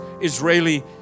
Israeli